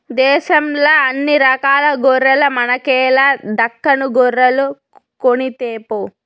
దేశంల అన్ని రకాల గొర్రెల మనకేల దక్కను గొర్రెలు కొనితేపో